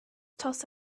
toss